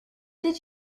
did